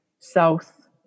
south